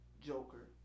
Joker